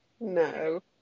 No